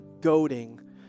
goading